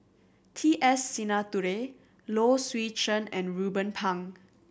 T S Sinnathuray Low Swee Chen and Ruben Pang